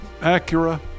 Acura